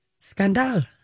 Scandal